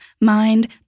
mind